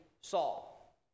Saul